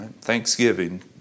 Thanksgiving